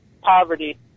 poverty